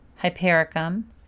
hypericum